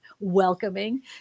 welcoming